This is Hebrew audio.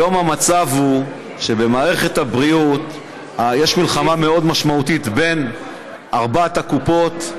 היום המצב הוא שבמערכת הבריאות יש מלחמה מאוד משמעותית בין ארבע הקופות.